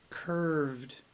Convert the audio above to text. Curved